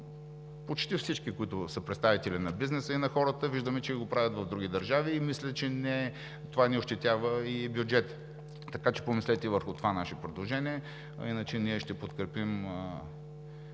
почти всички представители на бизнеса и на хората. Виждаме, че го правят и в други държави. Мисля, че това не ощетява и бюджета. Така че помислете върху това наше предложение. А иначе, ние ще подкрепим